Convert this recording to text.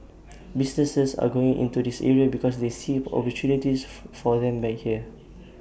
businesses are going into this area because they see opportunities for them here